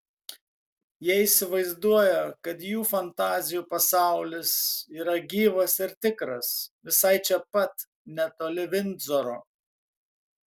jie įsivaizduoja kad jų fantazijų pasaulis yra gyvas ir tikras visai čia pat netoli vindzoro